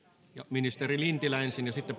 ministeri lintilä ensin ja sitten